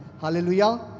Hallelujah